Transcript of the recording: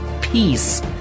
peace